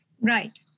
Right